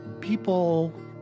People